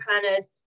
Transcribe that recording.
planners